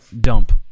dump